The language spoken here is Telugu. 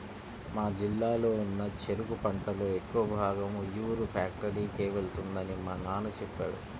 మా జిల్లాలో ఉన్న చెరుకు పంటలో ఎక్కువ భాగం ఉయ్యూరు ఫ్యాక్టరీకే వెళ్తుందని మా నాన్న చెప్పాడు